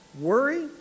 worry